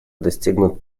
достигнут